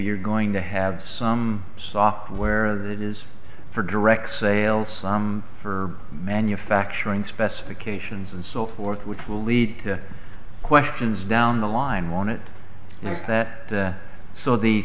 you're going to have some software that is for direct sales for manufacturing specifications and so forth which will lead to questions down the line on it like that so the